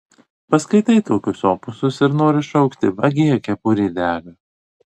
paskaitai tokius opusus ir nori sušukti vagie kepurė dega